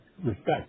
Respect